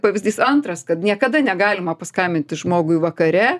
pavyzdys antras kad niekada negalima paskambinti žmogui vakare